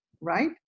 right